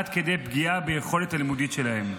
עד כדי פגיעה ביכולת הלימודית שלהם.